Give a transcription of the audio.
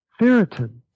ferritin